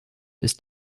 ist